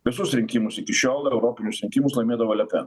visus rinkimus iki šiol europinius rinkimus laimėdavo le pen